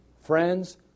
friends